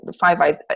five